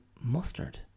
Mustard